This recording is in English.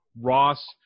Ross